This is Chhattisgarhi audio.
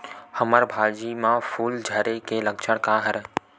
हमर भाजी म फूल झारे के लक्षण का हरय?